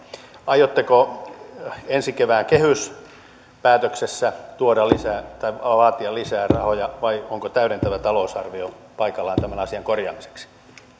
aiotteko ensi kevään kehyspäätöksessä tuoda lisää tai vaatia lisää rahoja vai onko täydentävä talousarvio paikallaan tämän asian korjaamiseksi